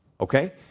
Okay